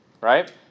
right